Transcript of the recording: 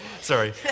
Sorry